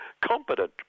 Competent